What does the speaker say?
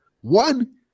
one